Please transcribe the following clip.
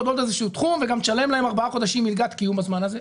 עוד איזשהו חום וגם תשלם לה עוד ארבעה חודשים מלגת קיום בזמן הזה.